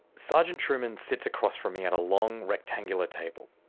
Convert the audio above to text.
sergeant trueman sits across from me at a long, rectangular table,